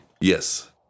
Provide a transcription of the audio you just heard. Yes